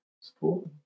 support